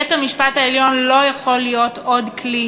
בית-המשפט העליון לא יכול להיות עוד כלי